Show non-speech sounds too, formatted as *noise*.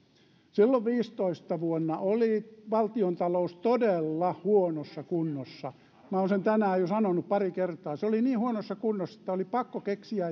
silloin vuonna viisitoista oli valtiontalous todella huonossa kunnossa minä olen sen tänään jo sanonut pari kertaa se oli niin huonossa kunnossa että oli pakko keksiä *unintelligible*